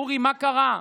אורי, מה קרה?